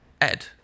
Ed